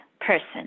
person